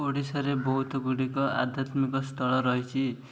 ଓଡ଼ିଶାରେ ବହୁତଗୁଡ଼ିକ ଆଧ୍ୟାତ୍ମିକ ସ୍ଥଳ ରହିଛି